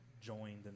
joined